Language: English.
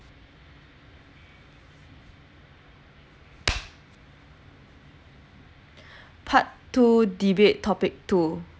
part two debate topic two